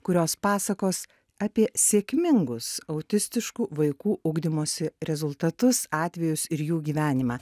kurios pasakos apie sėkmingus autistiškų vaikų ugdymosi rezultatus atvejus ir jų gyvenimą